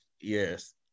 Yes